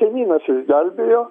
kaimynas išgelbėjo